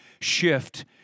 shift